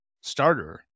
starter